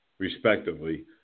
respectively